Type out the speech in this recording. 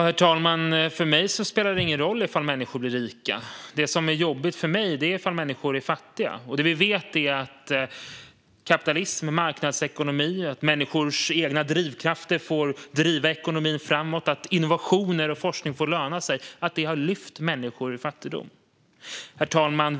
Herr talman! För mig spelar det ingen roll om människor blir rika. Det som är jobbigt för mig är om människor är fattiga. Det vi vet är att människor har lyfts ur fattigdom genom kapitalism och marknadsekonomi och genom att människors egen drivkraft får driva ekonomin framåt och att innovationer och forskning får löna sig. Herr talman!